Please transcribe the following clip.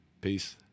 Peace